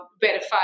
verify